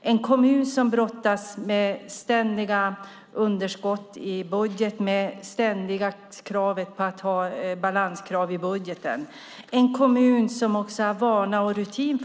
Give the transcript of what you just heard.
Det är en kommun som brottas med ständiga underskott i budget och med ständiga krav på balans i budgeten. Det är en kommun som har vana och rutin